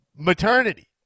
Maternity